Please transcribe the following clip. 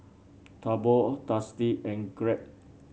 Taobao Tasty and Glade